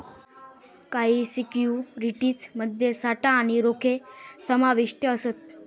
काही सिक्युरिटीज मध्ये साठा आणि रोखे समाविष्ट असत